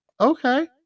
okay